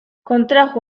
contrajo